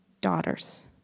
daughters